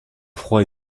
froid